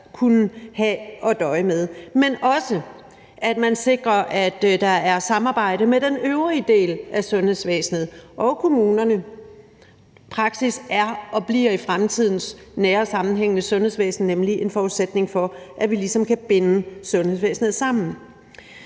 kunne have at døje med. Men det er også nødvendigt, at man sikrer, at der er samarbejde med den øvrige del af sundhedsvæsenet og kommunerne. Praksis er og bliver i fremtidens nære og sammenhængende sundhedsvæsen en forudsætning for, at vi ligesom kan binde sundhedsvæsenet sammen.